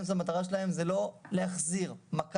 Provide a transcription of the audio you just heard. המטרה של סנקציות הן לא להחזיר מכה,